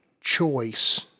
choice